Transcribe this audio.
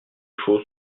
choses